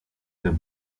the